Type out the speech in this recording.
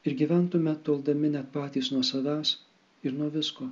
ir gyventume toldami net patys nuo savęs ir nuo visko